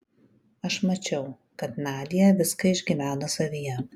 aš mačiau kad nadia viską išgyveno savyje